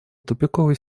тупиковой